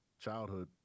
Childhood